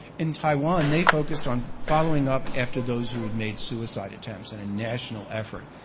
in taiwan, the focused on following up after those who had made suicide attempts in a national effort,